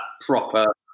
proper